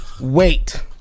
wait